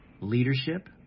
leadership